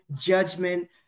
judgment